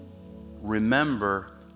Remember